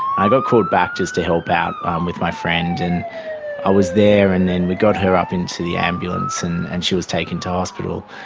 i got called back just to help out um with my friend, and i was there, and then we got her up into the ambulance and and she was taken to hospital,